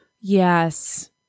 Yes